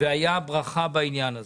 והייתה ברכה בעניין הזה.